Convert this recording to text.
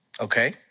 Okay